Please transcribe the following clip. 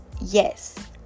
Yes